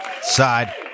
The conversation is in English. side